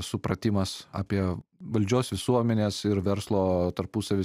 supratimas apie valdžios visuomenės ir verslo tarpusavio